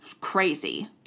crazy